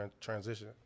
transition